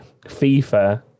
FIFA